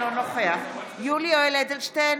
אינו נוכח יולי יואל אדלשטיין,